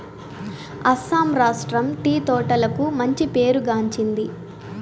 అస్సాం రాష్ట్రం టీ తోటలకు మంచి పేరు గాంచింది